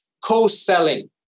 co-selling